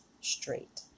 straight